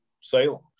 Salem